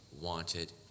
wanted